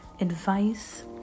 advice